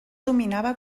dominava